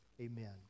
Amen